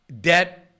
Debt